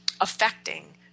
affecting